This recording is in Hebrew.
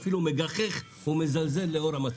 אפילו מגחך ומזלזל לאור המצב.